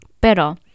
Pero